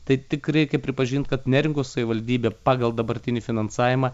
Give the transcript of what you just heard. tai tik reikia pripažint kad neringos savivaldybė pagal dabartinį finansavimą